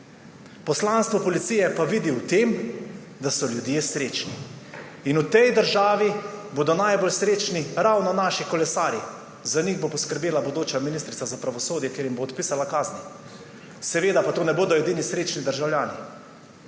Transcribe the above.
poslanstvo policije pa vidi v tem, da so ljudje srečni. In v tej državi bodo najbolj srečni ravno naši kolesarji. Za njih bo poskrbela bodoča ministrica za pravosodje, ker jim bo odpisala kazni. Seveda pa to ne bodo edini srečni državljani.